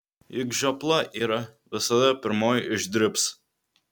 juk žiopla yra visada pirmoji išdribs